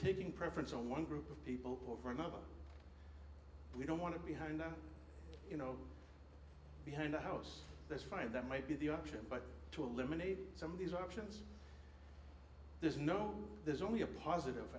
taking preference on one group of people over another we don't want to behind you know behind a house that's fine that might be the option but to eliminate some of these options there's no there's only a positive